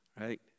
right